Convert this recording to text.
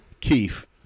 Keith